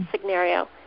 scenario